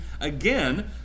again